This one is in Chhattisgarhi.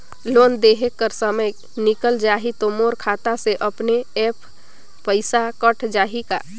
लोन देहे कर समय निकल जाही तो मोर खाता से अपने एप्प पइसा कट जाही का?